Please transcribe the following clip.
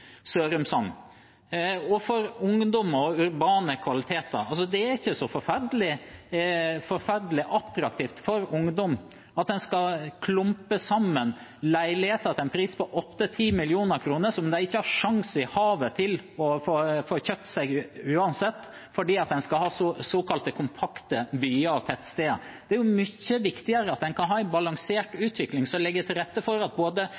Sørumsand. Når det gjelder ungdom og urbane kvaliteter: Det er ikke så forferdelig attraktivt for ungdom at en skal klumpe sammen leiligheter til en pris på 8–10 mill. kr, som de ikke har sjans i havet til å få kjøpt seg uansett, fordi en skal ha såkalte kompakte byer og tettsteder. Det er mye viktigere at en kan ha en balansert utvikling som legger til rette for at